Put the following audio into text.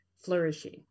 flourishing